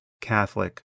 Catholic